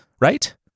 right